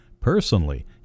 Personally